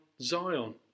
Zion